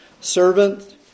servant